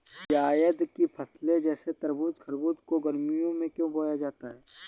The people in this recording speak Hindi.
जायद की फसले जैसे तरबूज़ खरबूज को गर्मियों में क्यो बोया जाता है?